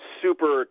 super